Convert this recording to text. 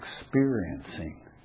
experiencing